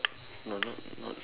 no not not